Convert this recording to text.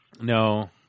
No